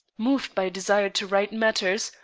moved by a desire to right matters,